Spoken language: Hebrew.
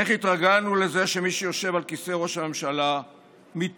איך התרגלנו לזה שמי שיושב על כיסא ראש הממשלה מתנהג